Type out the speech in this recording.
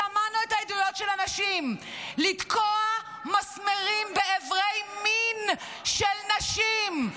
שמענו את העדויות של אנשים: לתקוע מסמרים באיברי מין של נשים.